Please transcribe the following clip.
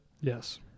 Yes